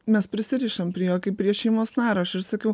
mes prisirišam prie jo kaip prie šeimos nario aš ir sakiau